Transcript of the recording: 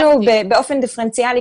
תקצבנו באופן דיפרנציאלי,